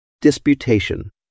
Disputation